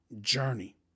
journey